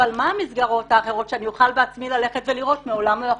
אבל מה המסגרות האחרות שאני אוכל בעצמי ללכת ולראות מעולם לא יכולתי.